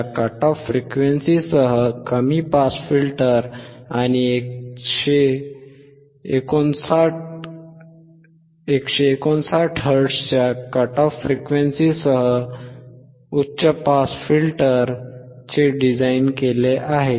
5KHz cut off फ्रिक्वेन्सीसह कमी pass filter आणि 159 हर्ट्झच्या कट ऑफ फ्रिक्वेन्सीसह उच्च पास फिल्टर डिझाइन केले आहे